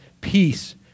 peace